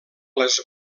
les